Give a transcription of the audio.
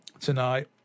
tonight